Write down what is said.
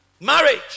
Marriage